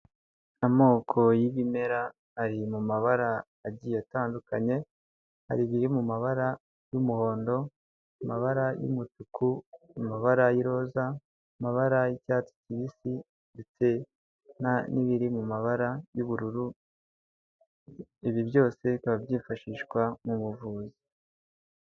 Amoko y'ibimera ari mu mabara agiye atandukanye; hari ibiri mu mabara y'umuhondo, amabara y'umutuku, amabara y'iroza, amabara y'icyatsi kibisi, ndetse n'ibiri mumabara y'ubururu, ibi byose bikaba byifashishwa mu buvuzi.